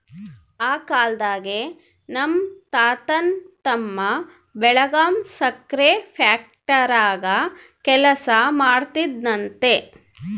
ಆ ಕಾಲ್ದಾಗೆ ನಮ್ ತಾತನ್ ತಮ್ಮ ಬೆಳಗಾಂ ಸಕ್ರೆ ಫ್ಯಾಕ್ಟರಾಗ ಕೆಲಸ ಮಾಡ್ತಿದ್ನಂತೆ